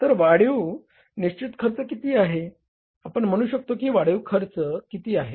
तर वाढीव निश्चित खर्च किती आहे आपण म्हणू शकतो की वाढीव खर्च किती आहे